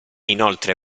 inoltre